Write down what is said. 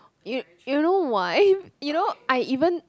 you you know why you know I even